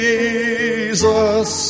Jesus